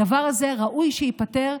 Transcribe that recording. הדבר הזה ראוי שייפתר,